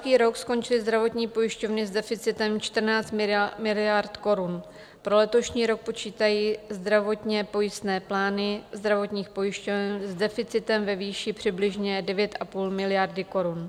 Za loňský rok skončily zdravotní pojišťovny s deficitem 14 miliard korun, pro letošní rok počítají zdravotně pojistné plány zdravotních pojišťoven s deficitem ve výši přibližně 9,5 miliardy korun.